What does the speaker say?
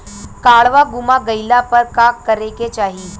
काडवा गुमा गइला पर का करेके चाहीं?